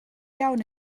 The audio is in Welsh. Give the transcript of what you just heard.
iawn